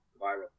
viral